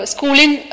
Schooling